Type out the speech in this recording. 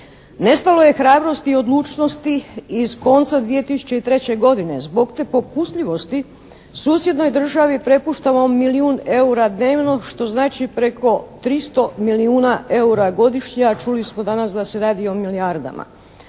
Nestalo je hrabrosti i odlučnosti iz konca 2003. godine. Zbog te popustljivosti susjednoj državi prepuštamo milijun eura dnevno što znači preko 300 milijuna eura godišnje a čuli smo danas da se radi o milijardama.